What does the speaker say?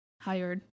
hired